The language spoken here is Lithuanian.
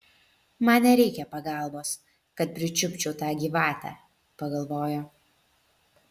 man nereikia pagalbos kad pričiupčiau tą gyvatę pagalvojo